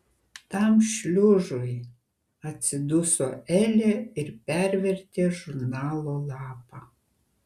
tam šliužui atsiduso elė ir pervertė žurnalo lapą